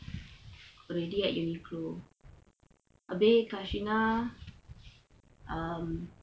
already at UNIQLO abeh kashina um